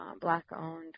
black-owned